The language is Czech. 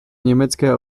německé